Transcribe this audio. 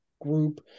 group